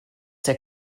der